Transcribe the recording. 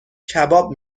کباب